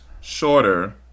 shorter